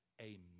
amen